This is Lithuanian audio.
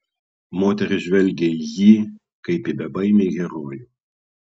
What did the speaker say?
moterys žvelgė į jį kaip į bebaimį herojų